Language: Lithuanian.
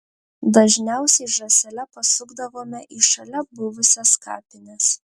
dažniausiai žąsele pasukdavome į šalia buvusias kapines